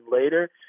later